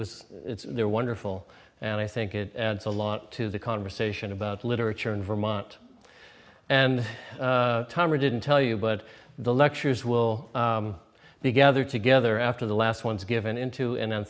and they're wonderful and i think it adds a lot to the conversation about literature in vermont and time or didn't tell you but the lectures will be gathered together after the last ones given in to an an